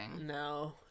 No